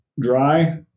dry